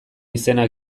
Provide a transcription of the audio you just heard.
izena